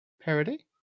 Parody